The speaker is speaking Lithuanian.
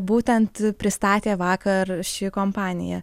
būtent pristatė vakar ši kompanija